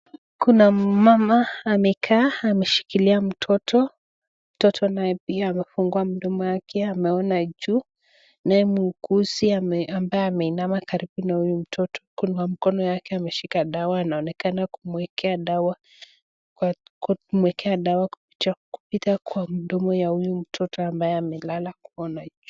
Kuna mama amekaa, ameshikilia mtoto. Mtoto naye pia amefungua mdomo wake ameona juu. Naye muuguzi ambaye ameinama karibu na huyu mtoto, kwa mkono yake ameshika dawa anaonekana kumwekea dawa, kumwekea dawa kupita kwa mdomo ya huyu mtoto ambaye amelala kuona juu.